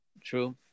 True